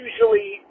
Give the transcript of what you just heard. usually